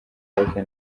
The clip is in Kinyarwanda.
wake